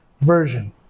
version